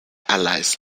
allies